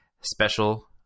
special